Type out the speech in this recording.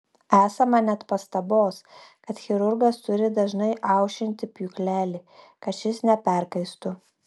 esama net pastabos kad chirurgas turi dažnai aušinti pjūklelį kad šis neperkaistų